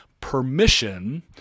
permission